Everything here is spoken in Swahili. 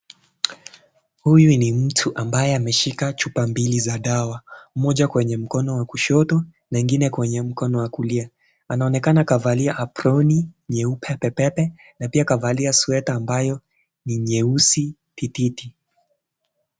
Huyu ni mtu ambaye ameshika chupa mbili za dawa. Moja kwenye mkono wa kushoto, na ingine kwenye mkono wa kulia. Anaonekana kavalia aproni nyeupe pepepe, na pia kavalia sweta ambayo ni nyeusi tititi.